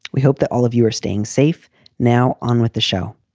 we hope that all of you are staying safe now on with the show